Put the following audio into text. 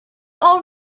all